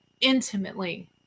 intimately